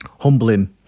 humbling